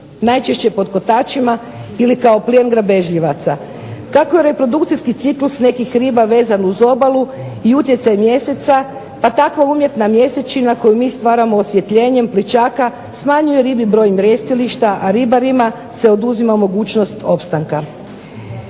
najčešće pod kotačima ili kao plijen grabežljivaca. Tako je reprodukcijski ciklus nekih riba vezan uz obalu i utjecaj mjeseca, pa tako umjetna mjesečina koju mi stvaramo osvjetljenjem plićaka smanjuje ribi broj mrjestilišta, a ribarima se oduzima mogućnost opstanka.